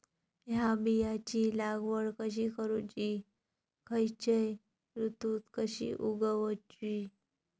हया बियाची लागवड कशी करूची खैयच्य ऋतुत कशी उगउची?